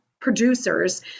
producers